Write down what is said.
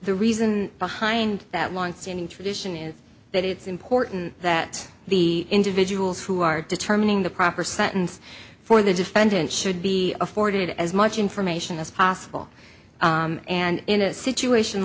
the reason behind that one standing tradition is that it's important that the individuals who are determining the proper sentence for the defendant should be afforded as much information as possible and in a situation